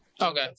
Okay